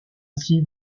ainsi